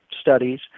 studies